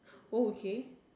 oh okay